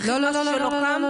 הרחיב משהו שלא קם?